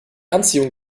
anziehung